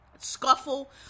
scuffle